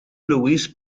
louise